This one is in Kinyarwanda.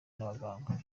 n’abaganga